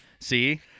See